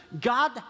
God